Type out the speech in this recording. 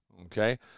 Okay